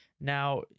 Now